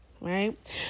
Right